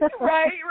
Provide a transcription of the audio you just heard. Right